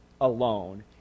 alone